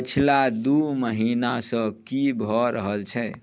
पछिला दुइ महिनासँ कि भऽ रहल छै